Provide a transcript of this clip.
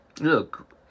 Look